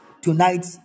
tonight